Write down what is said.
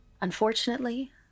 Unfortunately